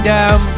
Down